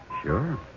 Sure